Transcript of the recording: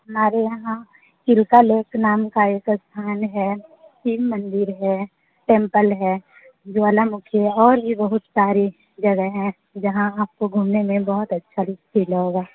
हमारे यहाँ चिलसा लेक नाम का एक स्थान है शिव मंदिर है टेम्पल है ज्वाला मुखी है और भी बहुत सारी जगह हैं जहाँ आपको घूमने में बहुत अच्छा फील होगा